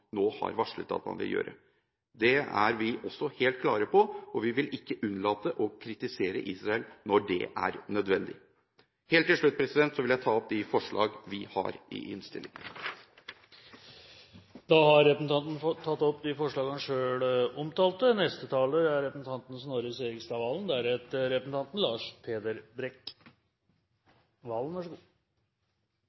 nå har varslet at man vil gjøre. Det er vi også helt klare på, og vi vil ikke unnlate å kritisere Israel når det er nødvendig. Helt til slutt vil jeg ta opp de forslag vi har i innstillingen. Representanten Morten Høglund har tatt opp de forslagene han refererte til. Innledningsvis vil jeg også gi en honnør til norske veteraner. Jeg er